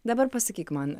dabar pasakyk man